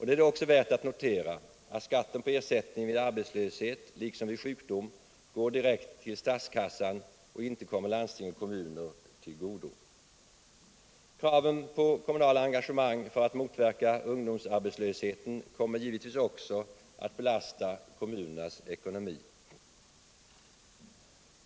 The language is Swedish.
Det är då också värt att notera att skatten på ersättningen vid arbetslöshet liksom vid sjukdom går direkt till statskassan och inte kommer landsting och kommuner till godo. Kraven på kommunala engagemang för att motverka ungdomsarbetslösheten kommer givetvis också att belasta kommunernas ekonomi.